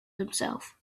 himself